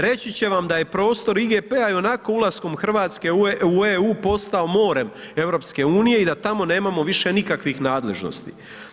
Reći će vam da je prostor IGP-a i onako ulaskom Hrvatske u EU postao morem EU i da tamo nemamo više nikakvih nadležnosti.